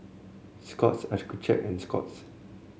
Scott's Accucheck and Scott's